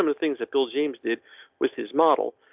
um the things that bill james did with his model,